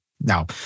Now